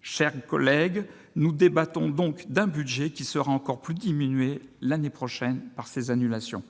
chers collègues, nous débattons donc d'un budget qui sera encore plus diminué l'année prochaine par ces annulations.